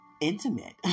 intimate